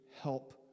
help